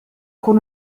con